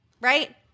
Right